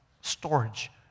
storage